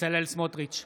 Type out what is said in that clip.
בצלאל סמוטריץ'